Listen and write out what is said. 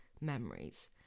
memories